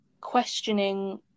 questioning